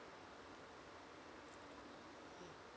mm